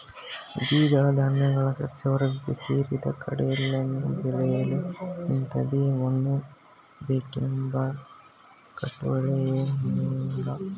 ದ್ವಿದಳ ಧಾನ್ಯಗಳ ಸಸ್ಯವರ್ಗಕ್ಕೆ ಸೇರಿದ ಕಡಲೆಯನ್ನು ಬೆಳೆಯಲು ಇಂಥದೇ ಮಣ್ಣು ಬೇಕೆಂಬ ಕಟ್ಟಳೆಯೇನೂಇಲ್ಲ